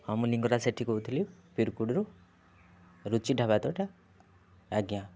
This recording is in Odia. ହଁ ମୁଁ ଲିଙ୍ଗରାଜ ସେଠି କହୁଥିଲି ପିରିକୁଡ଼ିରୁ ରୁଚି ଢ଼ାବା ତ ଏଇଟା ଆଜ୍ଞା